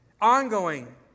Ongoing